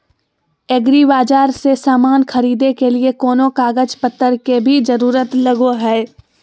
एग्रीबाजार से समान खरीदे के लिए कोनो कागज पतर के भी जरूरत लगो है?